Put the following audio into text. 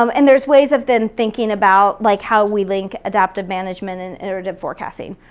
um and there's ways of then thinking about like how we link adaptive management and iterative forecasting.